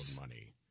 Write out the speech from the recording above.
money